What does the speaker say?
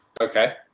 Okay